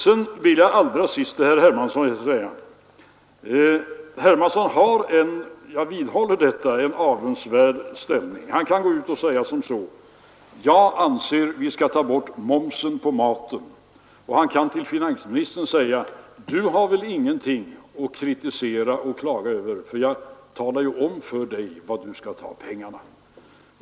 Allra sist vill jag till herr Hermansson säga att han — jag vidhåller detta — har en avundsvärd ställning. Han kan gå ut och säga: Jag anser att vi bör ta bort momsen på maten. Och han kan till finansministern säga: Du har väl ingenting att kritisera och klaga över — jag talar ju om för dig var du skall ta pengarna!